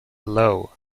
low